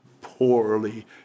poorly